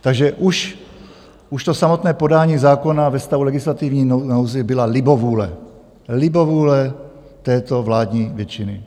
Takže už to samotné podání zákona ve stavu legislativní nouze byla libovůle, libovůle této vládní většiny.